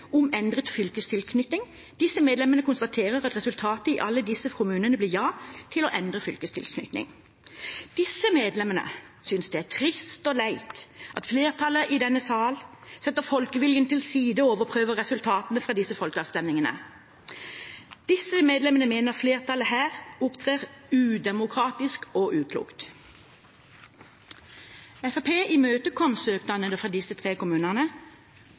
om endret fylkestilknytning. Disse medlemmer konstaterer at resultatet i alle disse kommunene ble ja til endret fylkestilknytning. Disse medlemmer synes det er trist og leit at flertallet i denne saken setter folkeviljen til side og overprøver resultatene fra disse folkeavstemningene. Disse medlemmer mener flertallet her opptrer både udemokratisk og uklokt.» Fremskrittspartiet imøtekom søknadene fra disse tre kommunene,